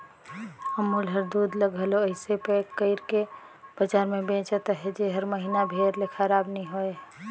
अमूल हर दूद ल घलो अइसे पएक कइर के बजार में बेंचत अहे जेहर महिना भेर ले खराब नी होए